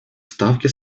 ставки